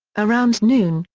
around noon,